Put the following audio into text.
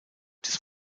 des